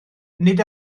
nid